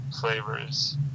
flavors